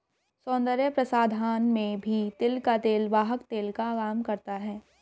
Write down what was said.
सौन्दर्य प्रसाधन में भी तिल का तेल वाहक तेल का काम करता है